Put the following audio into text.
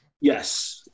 Yes